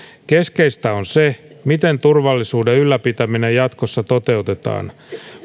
keskeistä on se miten turvallisuuden ylläpitäminen jatkossa toteutetaan